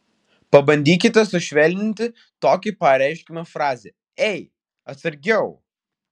pabandykite sušvelninti tokį pareiškimą fraze ei atsargiau